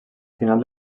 final